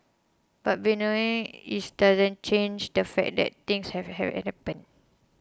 but bemoaning it doesn't change the fact that things have happened